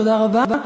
תודה רבה.